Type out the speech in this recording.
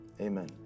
amen